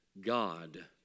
God